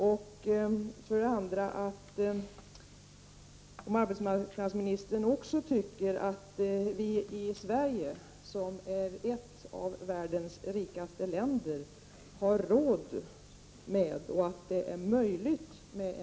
Vidare: Tycker också arbetsmarknadsministern att vi i Sverige, som är ett av världens rikaste länder, har råd med och kan genomföra en sextimmarsdag?